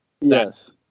Yes